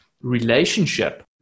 relationship